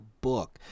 book